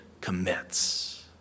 commits